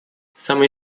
самые